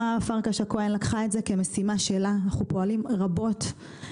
אנחנו פועלים רבות גם לנושא הטבות המס לישראלים חוזרים,